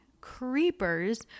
creepers